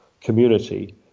community